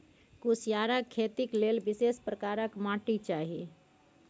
कुसियारक खेती लेल विशेष प्रकारक माटि चाही